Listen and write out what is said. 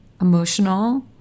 emotional